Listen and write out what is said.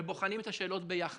בוחנים את השאלות ביחד.